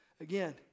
again